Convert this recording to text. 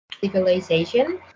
civilization